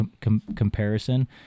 comparison